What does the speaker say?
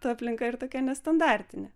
ta aplinka ir tokia nestandartinė